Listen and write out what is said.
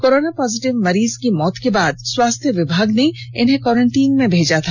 corona positive मरीज की मौत के बाद स्वास्थ्य विभाग ने इन्हें कोरेंटीन में भेजा था